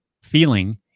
feeling